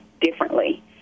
differently